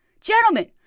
Gentlemen